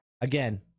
Again